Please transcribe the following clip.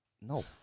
No